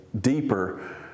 deeper